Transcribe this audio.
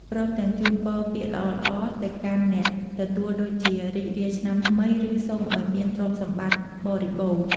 ព្រមទាំងជូនពរពាក្យល្អៗទៅកាន់អ្នកទទួលដូចជា រីករាយឆ្នាំថ្មីឬ សូមឱ្យមានទ្រព្យសម្បត្តិបរិបូរណ៍។